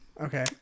Okay